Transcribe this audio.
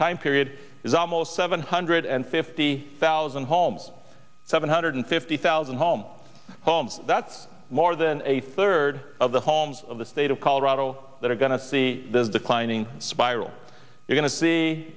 time period is almost seven hundred and fifty thousand homes seven hundred fifty thousand home homes that's more than a third of the homes of the state of colorado that are going to see the climbing spiral we're go